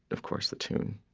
of course, the tune,